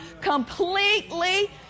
Completely